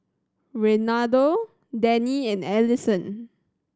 Reynaldo Dennie and Alisson